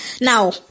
Now